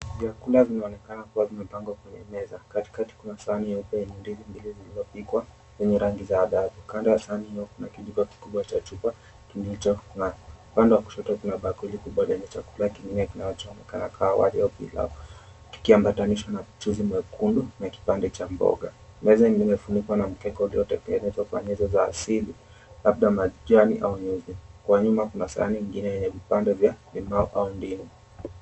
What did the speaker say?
Vyakula vinaonekana kuwa vimepangwa kwenye meza, katikati kuna sahani nyeupe yenye ndizi mbili zilizopikwa zenye rangi za dhahabu. Kando ya sahani hiyo kuna kijiko kikubwa cha chuma kilichong'aa, upande wa kushoto kuna bakuli kubwa lenye chakula kingine kinachokaa wali wa pilau kikiambatanishwa na wali mwekundu na kipande cha mboga. Meza ingine imefunikwa na mkeka uliotengenezwa kwa nyezo za asili labda majani au nyuzi. Kwa nyuma kuna sahani nyingine yenye vipande vya limau au ndimu.